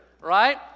right